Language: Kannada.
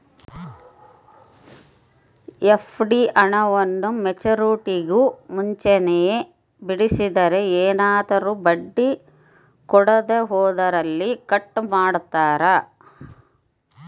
ಎಫ್.ಡಿ ಹಣವನ್ನು ಮೆಚ್ಯೂರಿಟಿಗೂ ಮುಂಚೆನೇ ಬಿಡಿಸಿದರೆ ಏನಾದರೂ ಬಡ್ಡಿ ಕೊಡೋದರಲ್ಲಿ ಕಟ್ ಮಾಡ್ತೇರಾ?